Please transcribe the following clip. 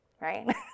right